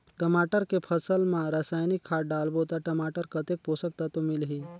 टमाटर के फसल मा रसायनिक खाद डालबो ता टमाटर कतेक पोषक तत्व मिलही?